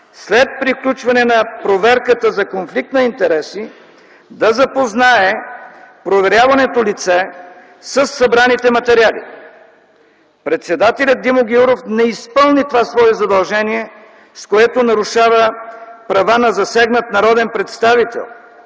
след приключване на проверката за конфликт на интереси, да запознае проверяваното лице със събраните материали. Председателят Димо Гяуров не изпълни това свое задължение, с което нарушава права на засегнат народен представител,